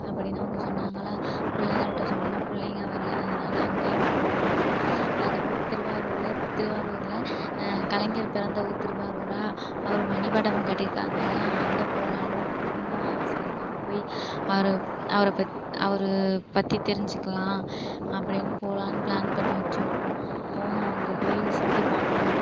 அப்படின்னு அவங்க சொன்னாங்களா பிள்ளைங்கள்ட்ட சொன்னோனே பிள்ளைங்க வரல அதனால அங்கேயும் போக முடியல அதுக்கு அப்புறம் திருவாரூரில் திருவாரூரில் கலைஞர் பிறந்த ஊர் திருவாரூரா அவர் மணிமண்டபம் கட்டிருக்காங்களா அங்கே போகலான்னு சரி அங்கே போய் அவர் அவரை பற்றி அவர் பற்றி தெரிஞ்சிக்கலாம் அப்படின்னு போகலான்னு ப்ளான் பண்ணி வச்சிருக்கோம் போகணும் அங்கே போய் சுற்றி பார்க்கணும்